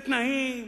בתנאים,